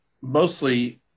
mostly